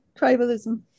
tribalism